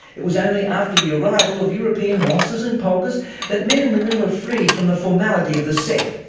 it was only after the arrival of european waltzes and polkas that men and women were freed from the formality of the set.